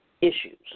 issues